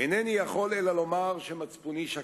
אינני יכול אלא לומר שמצפוני שקט.